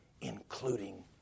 including